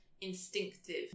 instinctive